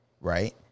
right